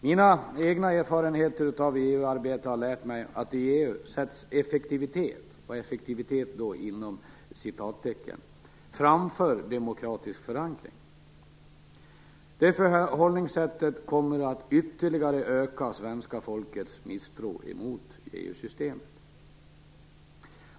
Mina egna erfarenheter av EU-arbete har lärt mig att i EU sätts "effektivitet" framför demokratisk förankring. Det förhållningssättet kommer att ytterligare öka svenska folkets misstro mot EU-systemet.